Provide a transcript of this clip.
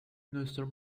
nuestro